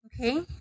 Okay